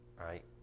right